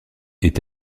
est